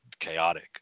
chaotic